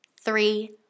three